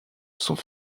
sont